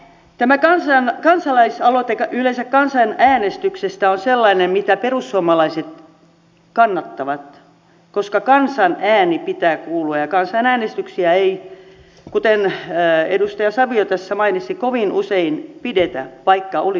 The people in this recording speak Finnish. tämä kansalaisaloite yleensä kansanäänestyksestä on sellainen mitä perussuomalaiset kannattavat koska kansan äänen pitää kuulua ja kansanäänestyksiä ei kuten edustaja savio tässä mainitsi kovin usein pidetä vaikka olisi tarvis